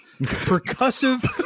percussive